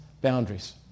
boundaries